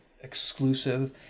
exclusive